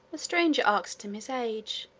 a stranger asked him his age,